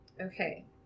Okay